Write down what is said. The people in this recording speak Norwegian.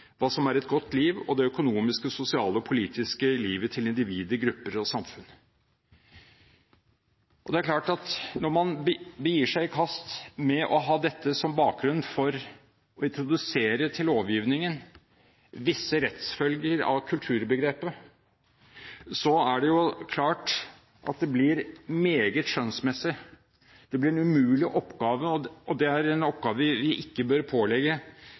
hva som er et godt liv og det økonomiske, sosiale og politiske livet til individer, grupper og samfunn.» Når man gir seg i kast med å ha dette som bakgrunn for å introdusere til lovgivningen visse rettsfølger av kulturbegrepet, er det klart at det blir meget skjønnsmessig. Det blir en umulig oppgave, og det er en oppgave vi ikke bør pålegge